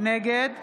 נגד